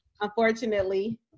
unfortunately